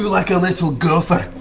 like a little gopher.